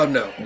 no